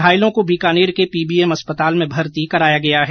घायलों को बीकानेर के पीबीएम अस्पताल में भर्ती कराया गया है